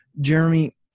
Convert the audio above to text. Jeremy